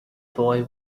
boy